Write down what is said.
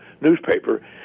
newspaper